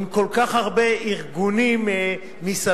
עם כל כך הרבה ארגונים מסביב,